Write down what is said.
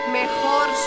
mejor